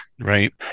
Right